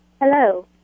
Hello